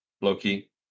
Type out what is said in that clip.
loki